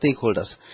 stakeholders